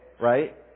Right